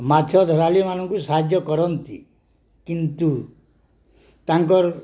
ମାଛ ଧରାଳିମାନଙ୍କୁ ସାହାଯ୍ୟ କରନ୍ତି କିନ୍ତୁ ତାଙ୍କର